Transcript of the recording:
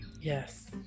Yes